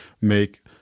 make